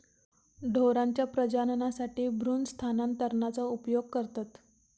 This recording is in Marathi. ढोरांच्या प्रजननासाठी भ्रूण स्थानांतरणाचा उपयोग करतत